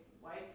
white